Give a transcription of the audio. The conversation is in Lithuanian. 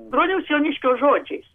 broniaus jauniškio žodžiais